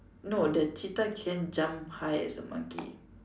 no the cheetah can jump high as a monkey